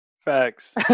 Facts